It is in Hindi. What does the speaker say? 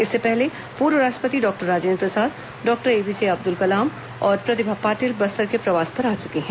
इससे पहले पूर्व राष्ट्रपति doctor Rajendra Prasad doctor APJ Abdul Kalam और प्रतिभा पाटिल बस्तर के प्रवास पर आ चुकी हैं